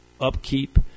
upkeep